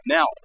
Now